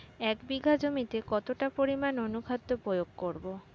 এক বিঘা জমিতে কতটা পরিমাণ অনুখাদ্য প্রয়োগ করব?